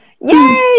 Yay